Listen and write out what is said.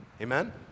Amen